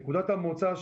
נקודת המוצא,